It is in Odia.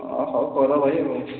ହଉ କର ଭାଇ ଆଉ